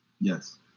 Yes